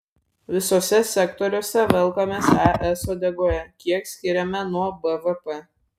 visuose sektoriuose velkamės es uodegoje kiek skiriame nuo bvp